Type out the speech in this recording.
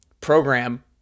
program